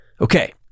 Okay